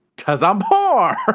cause i'm poor.